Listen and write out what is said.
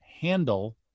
handle